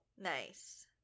nice